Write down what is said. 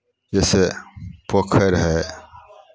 जैसे पोखरि हइ